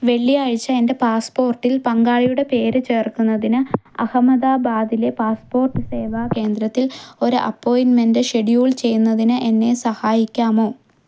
വെള്ളിയാഴ്ച എൻ്റെ പാസ്പോർട്ടിൽ പങ്കാളിയുടെ പേര് ചേർക്കുന്നതിന് അഹമ്മദാബാദിലെ പാസ്പോർട്ട് സേവാ കേന്ദ്രത്തിൽ ഒരു അപ്പോയിൻറ്മെൻ്റ് ഷെഡ്യൂൾ ചെയ്യുന്നതിന് എന്നെ സഹായിക്കാമോ